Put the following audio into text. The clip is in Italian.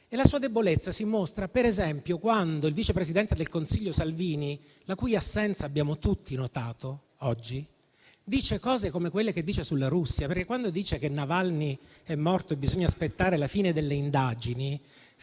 La sua debolezza si mostra, per esempio, quando il vice presidente del Consiglio Salvini, la cui assenza abbiamo tutti notato oggi, dice cose come quelle che ha detto sulla Russia. Quando dice che Navalny è morto e bisogna aspettare la fine delle indagini,